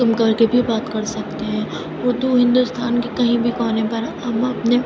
تم کر کے بھی بات کر سکتے ہیں اردو ہندوستان کے کہیں بھی کونے پر ہم اپنے